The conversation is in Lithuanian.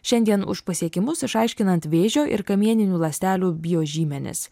šiandien už pasiekimus išaiškinant vėžio ir kamieninių ląstelių biožymenis